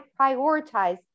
prioritize